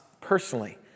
personally